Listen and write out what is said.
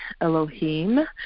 Elohim